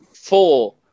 Four